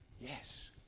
yes